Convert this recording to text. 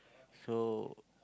so